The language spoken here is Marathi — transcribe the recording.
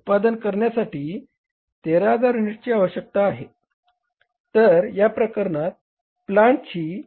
उत्पादन करण्यासाठी 13000 युनिट्सची आवश्यकता आहे तर या प्रकरणात प्लांटची